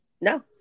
No